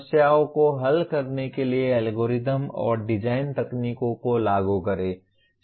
समस्याओं को हल करने के लिए एल्गोरिदम और डिजाइन तकनीकों को लागू करें